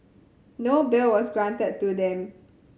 no bail was granted to them